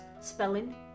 spelling